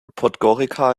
podgorica